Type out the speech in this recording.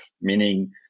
meaning